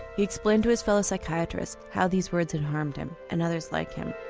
explained to his fellow psychiatrists how these words had harmed him and others like him.